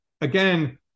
again